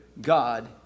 God